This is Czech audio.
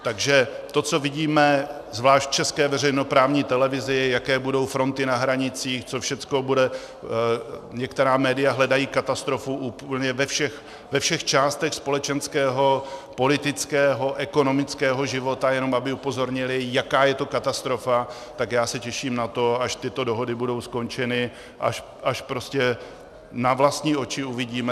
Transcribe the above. Takže to, co vidíme, zvlášť v české veřejnoprávní televizi, jaké budou fronty na hranicích, co všechno bude, některá média hledají katastrofu úplně ve všech částech společenského, politického, ekonomického života, jenom aby upozornila, jaká je to katastrofa, tak já se těším na to, až tyto dohody budou skončeny, až prostě na vlastní oči uvidíme.